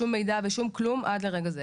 שום מידע ושום כלום עד לרגע זה.